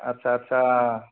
आटसा आटसा